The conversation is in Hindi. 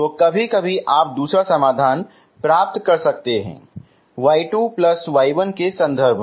तो कभी कभी आप दूसरा समाधान प्राप्त कर सकते हैं y2 y1 के संदर्भ में